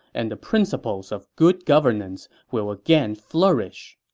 and the principles of good governance will again flourish.